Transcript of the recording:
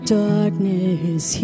darkness